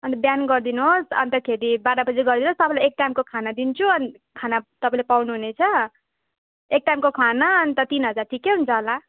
अनि बिहान गरिदिनुहोस् अन्तखेरि बाह्र बजे गरिदिनुहोस् तपाईँलाई एक टाइमको खाना दिन्छु अनि खाना तपाईँले पाउनु हुनेछ एक टाइमको खाना अन्त तिन हजार ठिकै हुन्छ होला